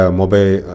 mobile